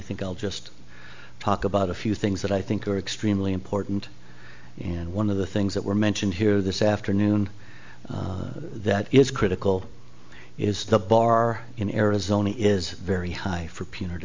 think i'll just talk about a few things that i think are extremely important and one of the things that were mentioned here this afternoon that is critical is the bar in arizona is very high for pe